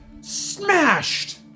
smashed